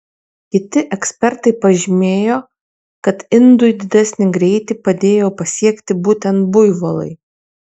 kiti ekspertai pažymėjo kad indui didesnį greitį padėjo pasiekti būtent buivolai